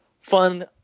fun